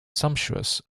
sumptuous